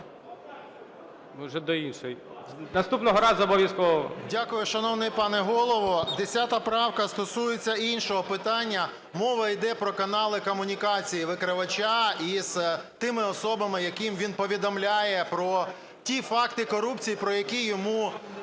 Дякую, шановний пане Голово! 10 правка стосується іншого питання. Мова йде про канали комунікації викривача із тими особами, яким він повідомляє про ті факти корупції, про які йому достеменно